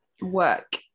work